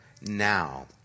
now